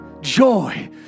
joy